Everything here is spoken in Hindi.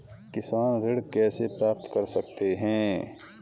किसान ऋण कैसे प्राप्त कर सकते हैं?